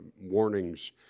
warnings